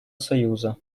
союза